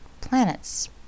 planets